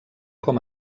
com